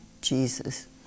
Jesus